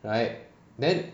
right then